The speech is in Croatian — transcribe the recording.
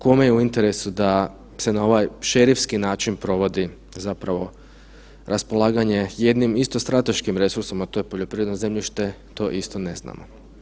Kome je u interesu da se na ovaj šerifski način provodi zapravo raspolaganje jednim isto strateškim resursom, a to je poljoprivredno zemljište, to isto ne znamo.